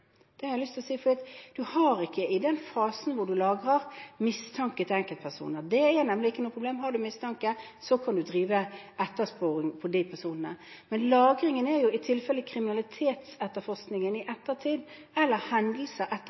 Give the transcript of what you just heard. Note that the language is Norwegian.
Det er relativt naturlig, det har jeg lyst til å si. Du har ikke i den fasen du lagrer, mistanke til enkeltpersoner. Det er nemlig ikke noe problem. Har du mistanke, kan du drive ettersporing av de personene. Men lagringen er i tilfeller der en i kriminalitetsetterforskningen i ettertid eller